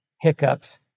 hiccups